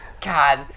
god